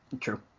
True